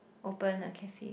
open a cafe